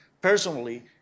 personally